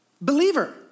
believer